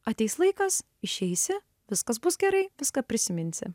ateis laikas išeisi viskas bus gerai viską prisiminsi